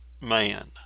man